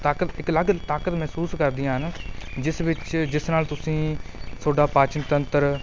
ਤਾਕਤ ਇੱਕ ਅਲੱਗ ਤਾਕਤ ਮਹਿਸੂਸ ਕਰਦੀਆਂ ਹਨ ਜਿਸ ਵਿੱਚ ਜਿਸ ਨਾਲ ਤੁਸੀਂ ਤੁਹਾਡਾ ਪਾਚਨ ਤੰਤਰ